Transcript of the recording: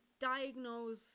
diagnose